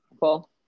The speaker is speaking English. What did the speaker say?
Cool